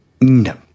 No